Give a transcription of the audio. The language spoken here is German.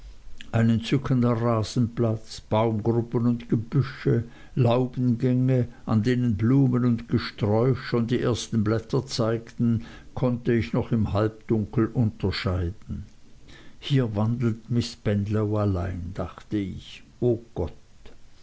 ein entzückender rasenplatz baumgruppen und gebüsche laubengänge an denen blumen und gesträuch schon die ersten blätter zeigten konnte ich noch im halbdunkel unterscheiden hier wandelt miß spenlow allein dachte ich o gott